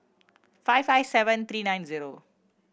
five five seven three nine zero